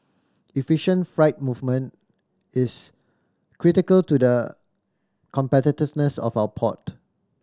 efficient freight movement is critical to the competitiveness of our port